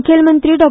मुखेलमंत्री डॉ